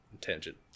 tangent